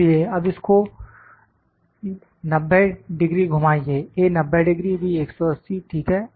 इसलिए अब इसको 90 डिग्री घुमाइए A 90 डिग्री B 180 ठीक है